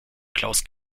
klaus